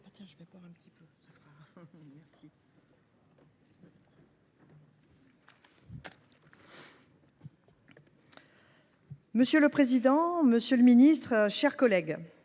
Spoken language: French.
Monsieur le président, monsieur le ministre, mes chers collègues,